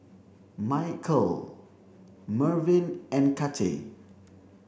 Michael Mervyn and Kacey